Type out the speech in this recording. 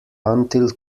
until